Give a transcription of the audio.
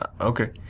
Okay